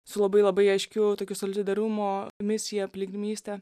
su labai labai aiškių tokių solidarumo misija piligrimyste